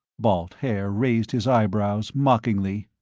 balt haer raised his eyebrows, mockingly.